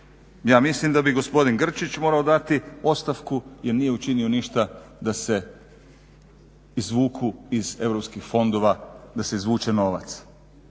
Ja mislim da bi gospodin Grčić morao dati ostavku jer nije učinio ništa da se izvuku iz Europskih fondova da se izvuče novac.